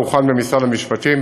הוכן במשרד המשפטים,